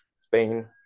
Spain